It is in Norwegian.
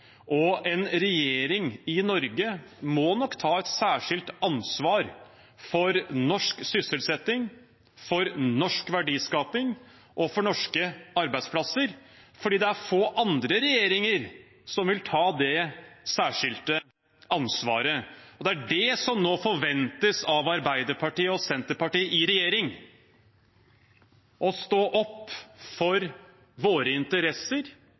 Og en regjering i Norge må nok ta et særskilt ansvar for norsk sysselsetting, norsk verdiskaping og norske arbeidsplasser, for det er få andre regjeringer som vil ta det særskilte ansvaret. Det er det som nå forventes av Arbeiderpartiet og Senterpartiet i regjering: at man står opp for våre interesser,